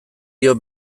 dio